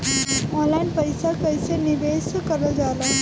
Online पईसा कईसे निवेश करल जाला?